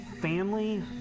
family